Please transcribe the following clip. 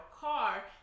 car